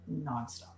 nonstop